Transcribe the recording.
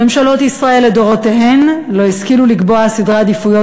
ממשלות ישראל לדורותיהן לא השכילו לקבוע סדרי עדיפויות